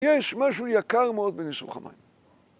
יש משהו יקר מאוד בניסוך המים.